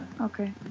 Okay